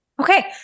Okay